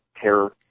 terror